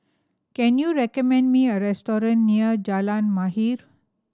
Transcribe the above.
can you recommend me a restaurant near Jalan Mahir